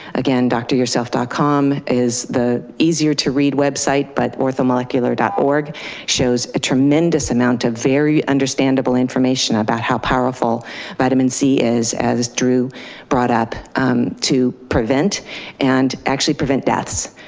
again, doctoryourself dot com is the easier to read website but orthomolecular dot org shows a tremendous amount of very understandable information about how powerful vitamin c is as drew brought up to prevent and actually prevent deaths.